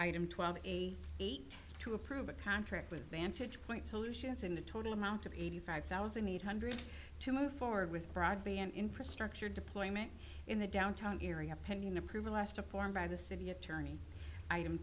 item twelve eighty eight to approve a contract with vantage point solutions in the total amount of eighty five thousand eight hundred to move forward with broadband infrastructure deployment in the downtown area pending approval asked a form by the city attorney item